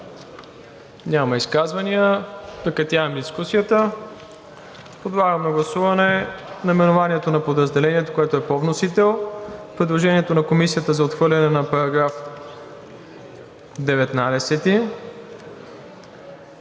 Няма изказвания. Прекратявам дискусията. Подлагам на гласуване наименованието на подразделението, което е по вносител; предложението на Комисията за отхвърляне на § 19;